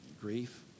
grief